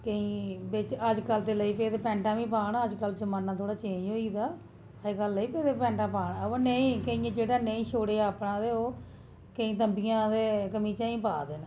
केईं अज्जकल जेह्के ते पैंटां बी पान अज्जकल जमाना थोह्ड़ा चेंज होई दा अज्जकल लगी पेदे पैंटां पाना बा नेईं पर केईं जगहा नेईं छोड़ेआ अपना ते ओह् कोईं तम्बियां ते कमीचां ई पादे